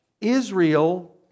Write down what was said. Israel